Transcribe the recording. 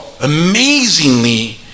amazingly